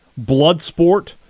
Bloodsport